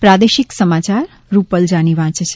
પ્રાદેશિક સમાચાર રૂપલ જાની વાંચે છે